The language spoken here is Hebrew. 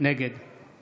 נגד